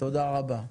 תודה רבה.